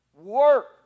Work